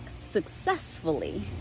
successfully